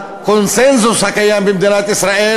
הקונסנזוס הקיים במדינת ישראל,